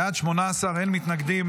בעד, 18, אין מתנגדים.